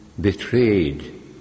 betrayed